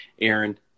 Aaron